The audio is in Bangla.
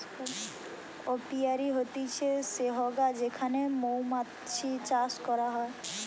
অপিয়ারী হতিছে সেহগা যেখানে মৌমাতছি চাষ করা হয়